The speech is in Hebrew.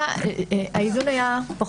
האיזון היה אותו איזון,